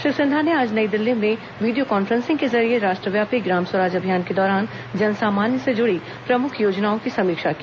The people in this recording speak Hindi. श्री सिन्हा ने आज नई दिल्ली से वीडियो कॉन्फ्रेंसिंग के जरिये राष्ट्रव्यापी ग्राम स्वराज अभियान के दौरान जन सामान्य से जुड़ी प्रमुख योजनाओं की समीक्षा की